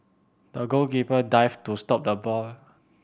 the goalkeeper dived to stop the ball